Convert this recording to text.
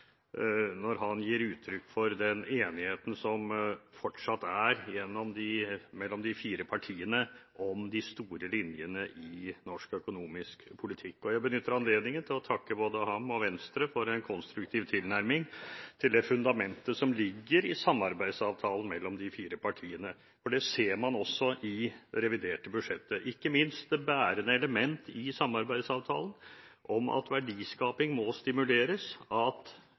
når han gir uttrykk for den enigheten det fortsatt er mellom de fire partiene om de store linjene i norsk økonomisk politikk. Jeg benytter anledningen til å takke både ham og Venstre for en konstruktiv tilnærming til det fundamentet som ligger i samarbeidsavtalen mellom de fire partiene – for det ser man også i det reviderte budsjettet, ikke minst det bærende element i samarbeidsavtalen om at verdiskaping må stimuleres, at